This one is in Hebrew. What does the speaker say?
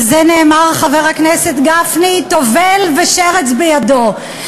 על זה נאמר, חבר הכנסת גפני: טובל ושרץ בידו.